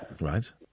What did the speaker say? Right